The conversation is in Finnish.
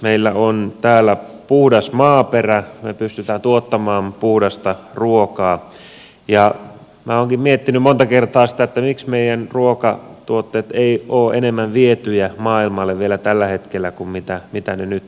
meillä on täällä puhdas maaperä me pystymme tuottamaan puhdasta ruokaa ja minä olenkin miettinyt monta kertaa sitä miksi meidän ruokatuotteemme eivät ole enemmän vietyjä maailmalle vielä tällä hetkellä kuin mitä ne nyt ovat